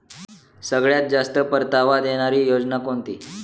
सगळ्यात जास्त परतावा देणारी योजना कोणती?